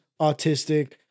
autistic